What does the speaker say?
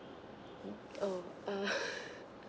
oh err